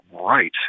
right